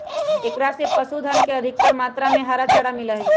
एकरा से पशुअन के अधिकतर मात्रा में हरा चारा मिला हई